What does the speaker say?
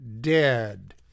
dead